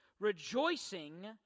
Rejoicing